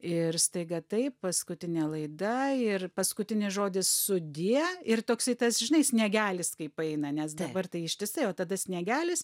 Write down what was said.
ir staiga taip paskutinė laida ir paskutinis žodis sudie ir toksai tas žinai sniegelis kaip eina nes dabar tai ištisai o tada sniegelis